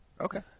Okay